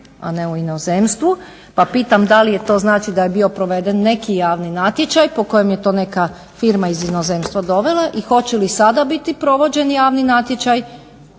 a ne u inozemstvu, pa pitam da li je to, znači da je bio proveden neki javni natječaj po kojem je to neka firma iz inozemstva dovela i hoće li sada biti provođen javni natječaj